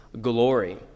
glory